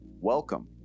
welcome